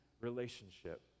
relationship